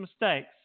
mistakes